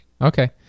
Okay